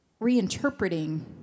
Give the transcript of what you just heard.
reinterpreting